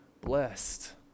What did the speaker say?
blessed